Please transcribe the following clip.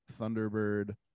thunderbird